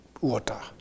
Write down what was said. water